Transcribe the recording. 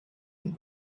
and